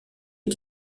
est